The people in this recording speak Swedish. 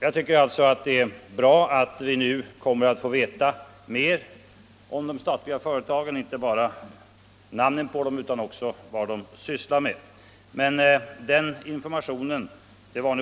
Jag tycker alltså att det är bra att vi nu kommer att få veta vilka företag staten äger. Men därmed tillgodoses